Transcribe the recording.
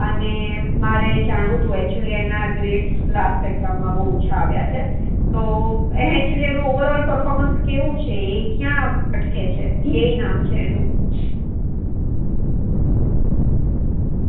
અને મારે જાણવું હતું એક્ચુઅલી એના ગ્રેડ્સ લાસ્ટ એક્ઝામમાં બહુ ઓછા આવ્યા છે તો એક્ચુઅલી એનું ઓવરઓલ પર્ફોમન્સ કેવું છે એ ક્યાં અટકે છે ધ્યેય નામ છે એનું